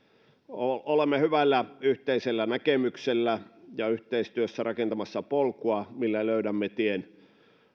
olemme hyvällä yhteisellä näkemyksellä ja yhteistyössä rakentamassa polkua millä löydämme tien